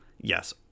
Yes